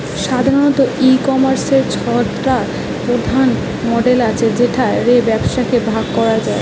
সাধারণত, ই কমার্সের ছটা প্রধান মডেল আছে যেগা রে ব্যবসাকে ভাগ করা যায়